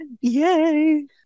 Yay